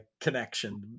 connection